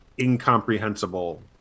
incomprehensible